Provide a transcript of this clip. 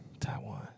Taiwan